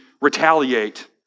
retaliate